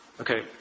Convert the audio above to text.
Okay